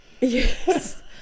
yes